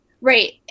Right